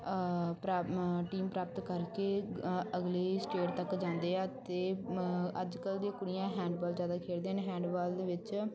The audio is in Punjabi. ਪ੍ਰਾਪ ਟੀਮ ਪ੍ਰਾਪਤ ਕਰਕੇ ਅਗਲੇ ਸਟੇਟ ਤੱਕ ਜਾਂਦੇ ਆ ਅਤੇ ਅੱਜ ਕੱਲ੍ਹ ਦੀਆਂ ਕੁੜੀਆਂ ਹੈਂਡਬਾਲ ਜ਼ਿਆਦਾ ਖੇਡਦੇ ਨੇ ਹੈਂਡਬਾਲ ਦੇ ਵਿੱਚ